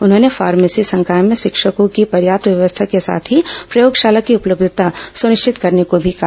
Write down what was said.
उन्होंने फार्मेसी संकाय में शिक्षकों की पर्याप्त व्यवस्था के साथ ही प्रयोगशाला की उपलब्यता सुनिश्चित करने को भी कहा